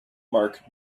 mark